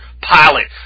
pilot